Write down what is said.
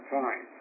time